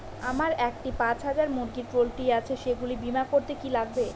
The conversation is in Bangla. আমার একটি পাঁচ হাজার মুরগির পোলট্রি আছে সেগুলি বীমা করতে কি লাগবে?